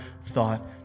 thought